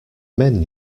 men